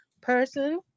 person